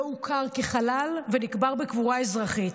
לא הוכר כחלל ונקבר בקבורה אזרחית.